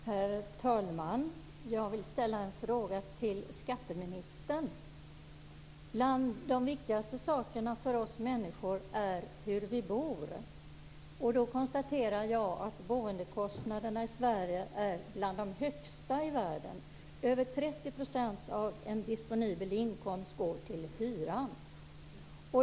Herr talman! Jag vill ställa en fråga till skatteministern. Bland de viktigaste sakerna för oss människor är hur vi bor. Då konstaterar jag att boendekostnaderna i Sverige är bland de högsta i världen. Över 30 % av en disponibel inkomst går till hyran.